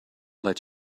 let